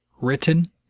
written